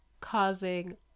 causing